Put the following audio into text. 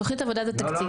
תוכנית עבודת התקציב --- לא,